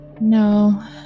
No